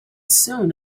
soon